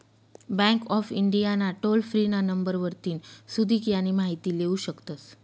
bank of India ना toll free ना number वरतीन सुदीक यानी माहिती लेवू शकतस